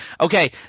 Okay